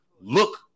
look